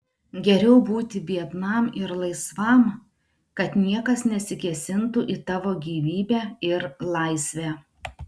geriau būti biednam ir laisvam kad niekas nesikėsintų į tavo gyvybę ir laisvę